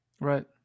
Right